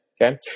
Okay